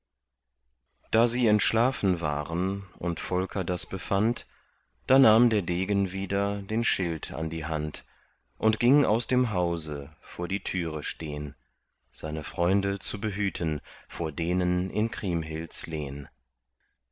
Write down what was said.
da sie entschlafen waren und volker das befand da nahm der degen wieder den schild an die hand und ging aus dem hause vor die türe stehn seine freunde zu behüten vor denen in kriemhilds lehn